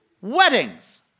Weddings